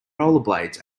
rollerblades